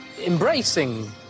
embracing